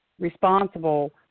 responsible